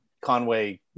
Conway